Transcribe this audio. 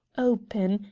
open,